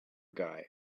guy